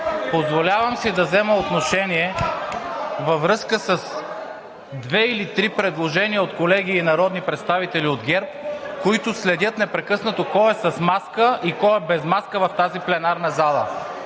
позволявам си да взема отношение във връзка с две или три предложения от колеги народни представители от ГЕРБ, които непрекъснато следят кой е с маска и кой е без маска в тази пленарна зала.